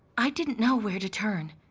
i didn't know where to turn.